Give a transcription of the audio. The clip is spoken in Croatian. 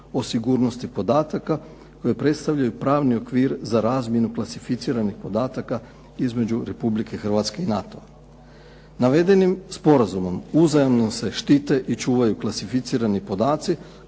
o sigurnosti podataka koji predstavljaju pravni okvir za razmjenu klasificiranih podataka između Republike Hrvatske i NATO-a. Navedenim sporazumom uzajamno se štite i čuvaju klasificirani podaci